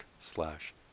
slash